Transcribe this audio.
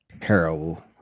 terrible